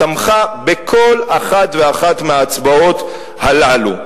תמכה בכל אחת ואחת מההצבעות הללו.